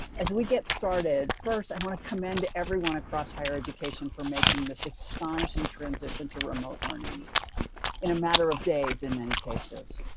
as we get started first, i want to commend everyone across higher education for making this astonishing transition to remote learning in a matter of days, in many cases,